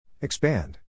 Expand